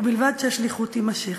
ובלבד שהשליחות תימשך.